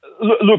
Look